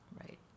Right